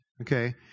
Okay